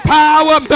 power